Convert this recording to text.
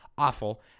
Awful